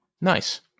nice